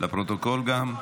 לפרוטוקול גם?